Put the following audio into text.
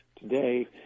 today